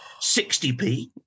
60p